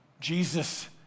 Jesus